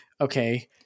okay